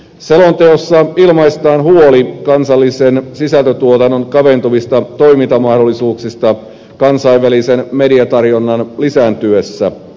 selonteossa ilmaistaan huoli kansallisen sisältötuotannon kaventuvista toimintamahdollisuuksista kansainvälisen mediatarjonnan lisääntyessä